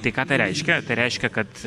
tai ką tai reiškia tai reiškia kad